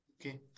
okay